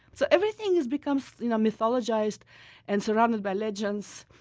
so everything has become you know mythologized and surrounded by legends.